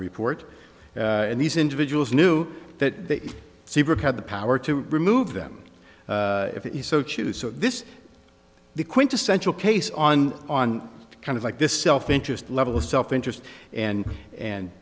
report and these individuals knew that secret had the power to remove them if you so choose so this the quintessential case on on kind of like this self interest level of self interest and and